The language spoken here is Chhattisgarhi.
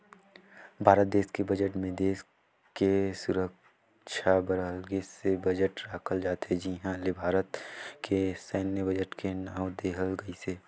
भारत देस के बजट मे देस के सुरक्छा बर अगले से बजट राखल जाथे जिहां ले भारत के सैन्य बजट के नांव देहल गइसे